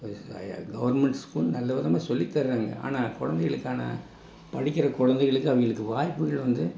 government school நல்லவிதமாக சொல்லித் தராங்க ஆனால் கொழந்தைகளுக்கான படிக்கிற கொழந்தைகளுக்கு அவங்களுக்கு வாய்ப்புகள் வந்து